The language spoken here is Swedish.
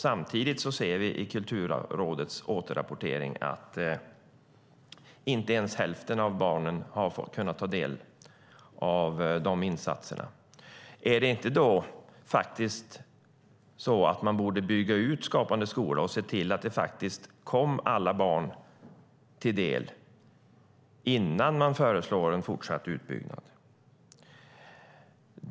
Samtidigt framgår det av Kulturrådets rapport att inte ens hälften av barnen har kunnat ta del av dessa insatser. Borde man då inte bygga ut Skapande skola och se till att den kommer alla barn till del innan man föreslår en fortsatt utbyggnad?